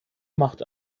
macht